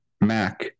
mac